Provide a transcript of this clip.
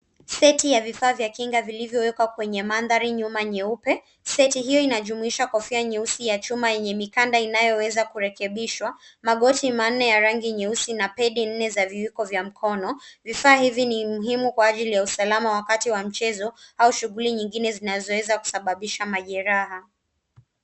Seti ya vifaa vya kinga vilivyowekwa kwenye mandhari nyuma nyeupe. Seti hio inajumuisha kofia nyeusi ya chuma yenye mikanda inayoweza kurekebishwa, magoti manne ya rangi nyeusi na pedi nne za viwiko vya mkono. Vifaa hivi ni muhimu kwa ajili ya usalama wakati wa michezo au shughuli nyingine zinazoweza kusababisha majeraha.